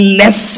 less